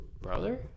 brother